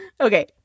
Okay